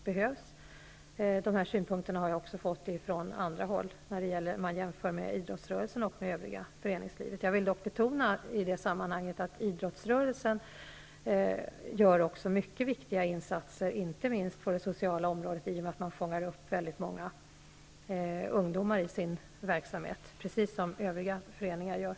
Jag har också från andra håll fått synpunkter på detta, med jämförelser mellan idrottsrörelsen och det övriga föreningslivet. Jag vill i det sammanhanget betona att också idrottsrörelsen gör mycket viktiga insatser, inte minst på det sociala området, i och med att man liksom övrig föreningsverksamhet fångar upp många ungdomar i sitt arbete.